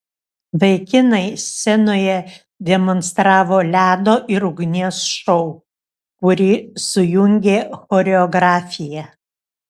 vaikinai scenoje demonstravo ledo ir ugnies šou kurį sujungė choreografija